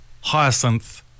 hyacinth